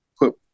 put